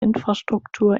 infrastruktur